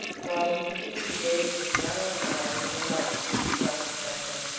while he continued to gaze with narrowing eyes at the light through his glass of champagne